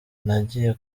nagiye